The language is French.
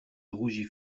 rougit